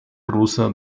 rusa